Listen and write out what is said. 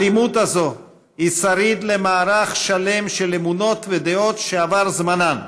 האלימות הזאת היא שריד למערך שלם של אמונות ודעות שעבר זמנן,